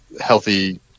healthy